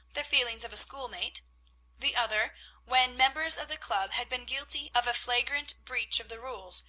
the feelings of a schoolmate the other when members of the club had been guilty of a flagrant breach of the rules,